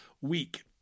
week